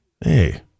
hey